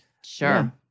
Sure